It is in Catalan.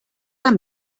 amb